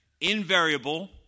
invariable